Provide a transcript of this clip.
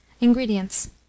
INGREDIENTS